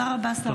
תודה רבה.